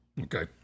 Okay